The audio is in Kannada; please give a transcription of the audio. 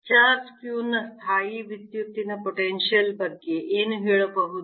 ಚಾರ್ಜ್ q ನ ಸ್ಥಾಯೀವಿದ್ಯುತ್ತಿನ ಪೊಟೆನ್ಶಿಯಲ್ ಬಗ್ಗೆ ಏನು ಹೇಳಬಹುದು